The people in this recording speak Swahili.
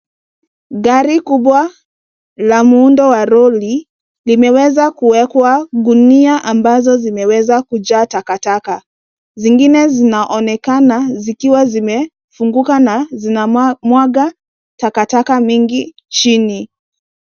Gari kubwa la muundo wa lori limeweza kuwekwa gunia ambazo zimeweza kujaa takataka. Zingine zinaonekana zikiwa zimefunguka na zinamwaga takataka mingi chini.